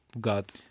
God